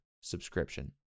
subscription